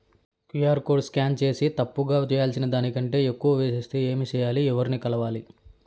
QR code scan సేసి తప్పు గా వేయాల్సిన దానికంటే ఎక్కువగా వేసెస్తే ఏమి సెయ్యాలి? ఎవర్ని కలవాలి?